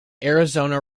arizona